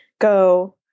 go